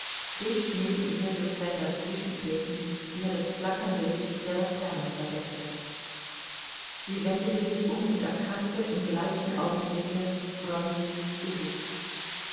dicht neben ihr durch sein dazwischentreten ihr das flackernde licht der laterne verdeckte sie wendete sich um und erkannte im gleichen augenblicke wronskis gesicht